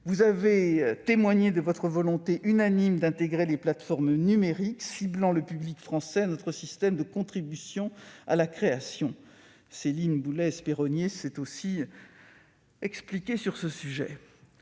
Vous avez témoigné de votre volonté unanime d'intégrer les plateformes numériques ciblant le public français à notre système de contribution à la création. Céline Boulay-Espéronnier s'est expliquée sur ce sujet.